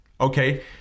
Okay